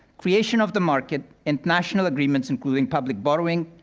creation of the market, international agreements, including public borrowing,